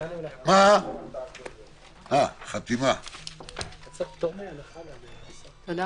הישיבה ננעלה בשעה 13:02.